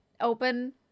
open